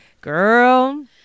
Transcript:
girl